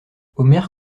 omer